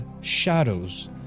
shadows